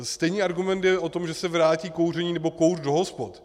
Stejný argument je o tom, že se vrátí kouření nebo kouř do hospod.